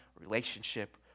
relationship